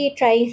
try